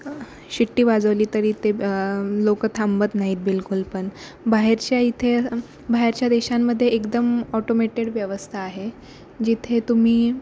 शिट्टी वाजवली तरी ते ब लोक थांबत नाहीत बिलकुल पण बाहेरच्या इथे बाहेरच्या देशांमध्ये एकदम ऑटोमेटेड व्यवस्था आहे जिथे तुम्ही